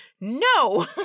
no